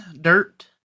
Dirt